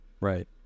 right